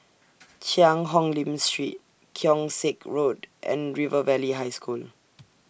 Cheang Hong Lim Street Keong Saik Road and River Valley High School